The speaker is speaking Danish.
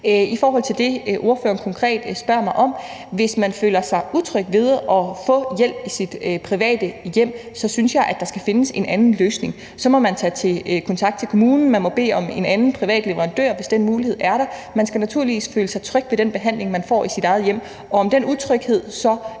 I forhold til det, ordføreren konkret spørger mig om: Hvis man føler sig utryg ved at få hjælp i sit private hjem, synes jeg, at der skal findes en anden løsning. Så må man tage kontakt til kommunen, man må bede om en anden og bede om en anden privat leverandør, hvis den mulighed er der. Man skal naturligvis føle sig tryg ved den behandling, man får i sit eget hjem. Og om den utryghed så